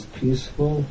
peaceful